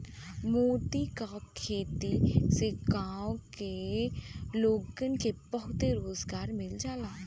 मोती क खेती से गांव के लोगन के बहुते रोजगार मिल जाला